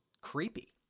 creepy